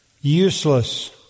useless